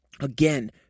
again